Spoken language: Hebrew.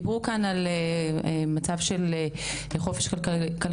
דיברו כאן על מצב של חופש כלכלי,